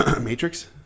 Matrix